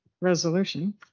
resolution